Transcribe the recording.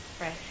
Right